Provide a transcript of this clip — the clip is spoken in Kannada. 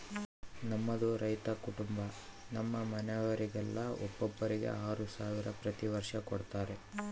ನಮ್ಮದು ರೈತ ಕುಟುಂಬ ನಮ್ಮ ಮನೆಯವರೆಲ್ಲರಿಗೆ ಒಬ್ಬರಿಗೆ ಆರು ಸಾವಿರ ಪ್ರತಿ ವರ್ಷ ಕೊಡತ್ತಾರೆ